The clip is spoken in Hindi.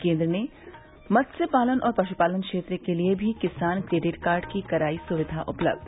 केन्द्र ने मत्स्यपालन और पशुपालन क्षेत्र के लिए भी किसान क्रेडिट कार्ड की कराई सुविधा उपलब्ध